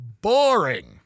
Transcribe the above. boring